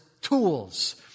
tools